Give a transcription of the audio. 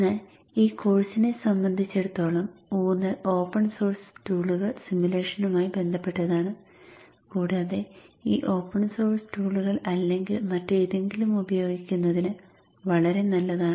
എന്നാൽ ഈ കോഴ്സിനെ സംബന്ധിച്ചിടത്തോളം ഊന്നൽ ഓപ്പൺ സോഴ്സ് ടൂളുകൾ സിമുലേഷനുമായി ബന്ധപ്പെട്ടതാണ് കൂടാതെ ഈ ഓപ്പൺ സോഴ്സ് ടൂളുകൾ അല്ലെങ്കിൽ മറ്റെന്തെങ്കിലും ഉപയോഗിക്കുന്നത് വളരെ നല്ലതാണ്